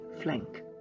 flank